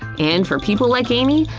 and for people like amy,